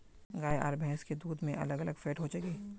गाय आर भैंस के दूध में अलग अलग फेट होचे की?